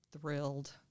thrilled